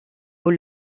aux